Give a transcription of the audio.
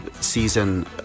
season